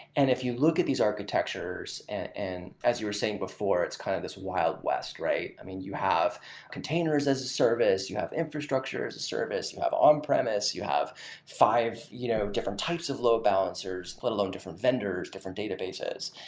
and if you look at these architectures, and as you were saying before, it's kind of this wild west, right? you have containers as a service, you have infrastructure as a service, you have on premise, you have five you know different types of load balances, let alone, different vendors, different databases.